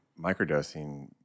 microdosing